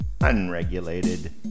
unregulated